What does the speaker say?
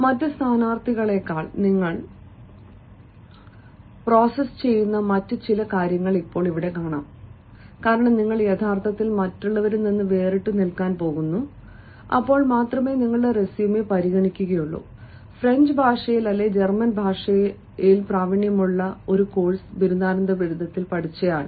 മറ്റ് സ്ഥാനാർത്ഥികളേക്കാൾ നിങ്ങൾ പ്രോസസ്സ് ചെയ്യുന്ന മറ്റ് ചില കാര്യങ്ങൾ ഇപ്പോൾ വരുന്നു കാരണം നിങ്ങൾ യഥാർത്ഥത്തിൽ മറ്റുള്ളവരിൽ നിന്ന് വേറിട്ടുനിൽക്കാൻ പോകുന്നു അപ്പോൾ മാത്രമേ നിങ്ങളുടെ റെസ്യുമെ പരിഗണിക്കൂ ഫ്രഞ്ച് ഭാഷയിൽ ജർമ്മൻ ഭാഷയിലുള്ള ഒരു കോഴ്സ് ബിരുദദാനത്തിൽ പഠിച്ച ഒരാൾ